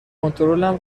کنترلم